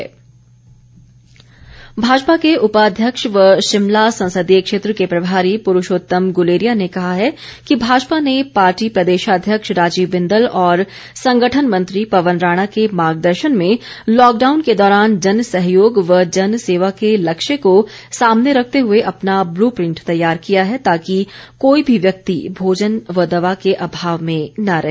BJP Bhajpa के उपाध्यक्ष व शिमला संसदीय क्षेत्र के प्रभारी पुरूषोतम गुलेरिया ने कहा है कि भाजपा ने पार्टी प्रदेशाध्यक्ष राजीव बिंदल और संगठन मंत्री पवन राणा के मार्गेदर्शन में लॉकडाउन के दौरान जन सहयोग व जन सेवा के लक्ष्य को सामने रखते हुए अपना ब्लूप्रिंट तैयार किया है ताकि कोई भी व्यक्ति भोजन व दवा के अभाव में न रहे